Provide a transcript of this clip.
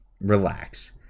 relax